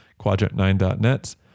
quadrant9.net